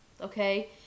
okay